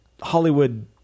hollywood